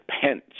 Pence